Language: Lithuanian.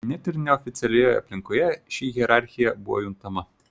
net ir neoficialioje aplinkoje ši hierarchija buvo juntama